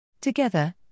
Together